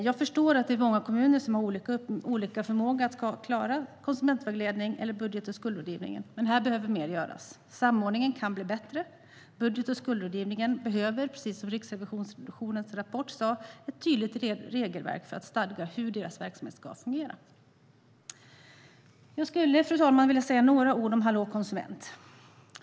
Jag förstår att kommuner har olika förmåga att klara konsumentvägledning och budget och skuldrådgivning, men här behöver mer göras. Samordningen kan bli bättre, och precis som det stod i Riksrevisionens rapport behövs ett tydligt regelverk för hur budget och skuldrådgivningen ska fungera. Fru talman! Jag ska säga några ord om Hallå konsument.